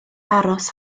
aros